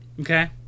okay